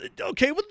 okay